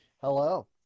Hello